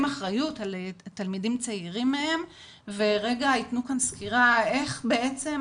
אחריות על תלמידים צעירים מהם ויתנו כאן סקירה איך בעצם,